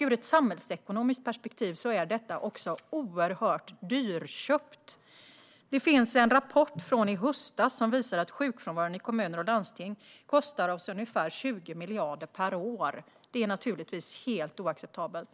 Ur ett samhällsekonomiskt perspektiv är detta också oerhört dyrköpt. Det finns en rapport från i höstas som visar att sjukfrånvaron i kommuner och landsting kostar oss ungefär 20 miljarder per år. Det är naturligtvis helt oacceptabelt.